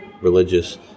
religious